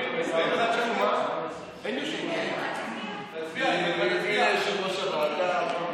אין יושב-ראש ועדה.